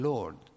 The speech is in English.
Lord